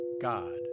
God